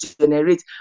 generate